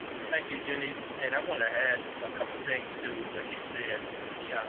thank you jenny. and i want to add a couple of things to what you said yeah